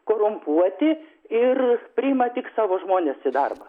korumpuoti ir priima tik savo žmones į darbą